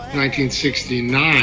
1969